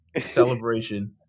Celebration